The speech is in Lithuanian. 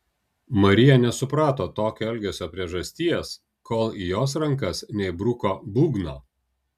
marija nesuprato tokio elgesio priežasties kol į jos rankas neįbruko būgno